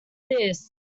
this